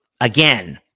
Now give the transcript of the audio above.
again